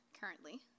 currently